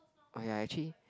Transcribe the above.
oh ya actually